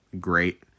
great